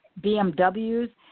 BMWs